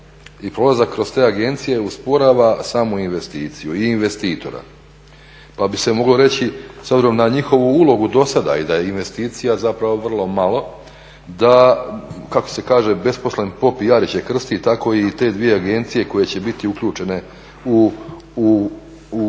I prolazak kroz te agencije usporava samu investiciju. Pa bi se moglo reći s obzirom na njihovu ulogu dosada i da je investicija zapravo vrlo malo, da "Besposlen pop i jariće krsti" tako i te dvije agencije koje će biti uključene u proces